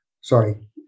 Sorry